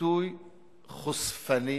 ביטוי חושפני